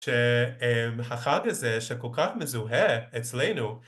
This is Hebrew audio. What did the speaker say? שהחג הזה שכל כך מזוהה אצלנו,